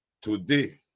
Today